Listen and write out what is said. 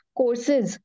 courses